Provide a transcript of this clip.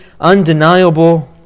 undeniable